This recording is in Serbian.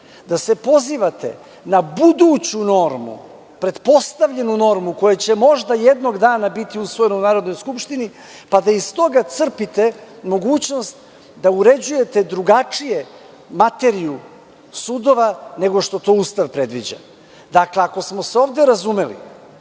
da se pozivate na buduću normu, pretpostavljenu normu koja će možda jednog dana biti usvojena u Narodnoj skupštini, pa da iz toga crpite mogućnost da uređujete drugačije materiju sudova nego što to Ustav predviđa. Dakle, ako smo se ovde razumeli,